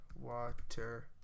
water